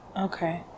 Okay